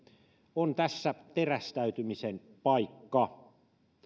on tässä terästäytymisen paikka